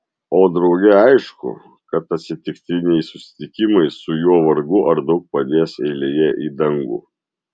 o drauge aišku kad atsitiktiniai susitikimai su juo vargu ar daug padės eilėje į dangų